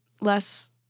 less